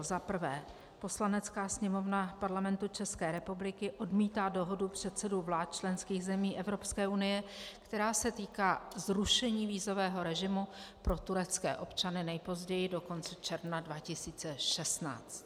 Za prvé: Poslanecká sněmovna Parlamentu České republiky odmítá dohodu předsedů vlád členských zemí Evropské unie, která se týká zrušení vízového režimu pro turecké občany nejpozději do konce června 2016.